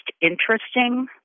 interesting